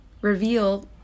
reveal